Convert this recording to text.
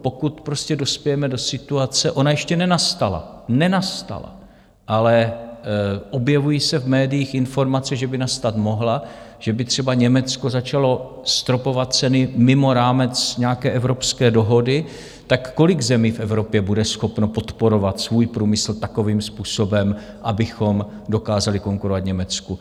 Pokud prostě dospějeme do situace ona ještě nenastala, ale objevují se v médiích informace, že by nastat mohla že by třeba Německo začalo stropovat ceny mimo rámec nějaké evropské dohody, tak kolik zemí v Evropě bude schopno podporovat svůj průmysl takovým způsobem, abychom dokázali konkurovat Německu?